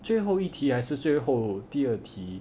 最后一题还是最后第二题